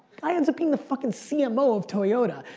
guy ends up being the fucking cmo of toyota.